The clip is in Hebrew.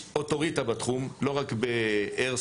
הוא אוטוריטה בתחום - לא רק באיירסופטים,